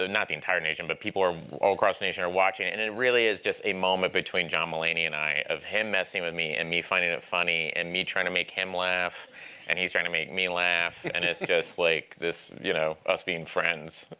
not the entire nation, but people are all across the nation are watching it, and it really is just a moment between john mulaney and i of him messing with me, and me finding it funny, and me trying to make him laugh and he's trying to make me laugh. and it's just, like, this, you know, us being friends.